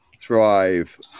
thrive